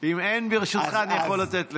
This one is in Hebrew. ואם אין ברשותך, אני יכול לתת לך.